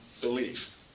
Belief